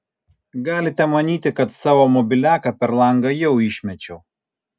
galite manyti kad savo mobiliaką per langą jau išmečiau